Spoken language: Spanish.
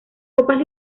copas